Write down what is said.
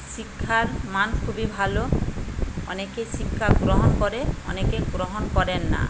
শিক্ষার মান খুবই ভালো অনেকে শিক্ষা গ্রহণ করে অনেকে গ্রহণ করেন না